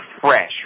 fresh